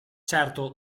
certo